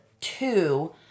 Two